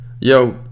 Yo